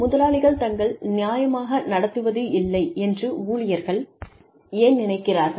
முதலாளிகள் தங்கள் நியாயமாக நடத்துவதில்லை என்று ஊழியர்கள் ஏன் நினைக்கிறார்கள்